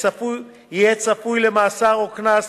יהיה צפוי למאסר או לקנס